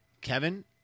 Kevin